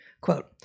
quote